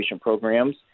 programs